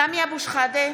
סמי אבו שחאדה,